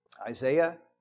Isaiah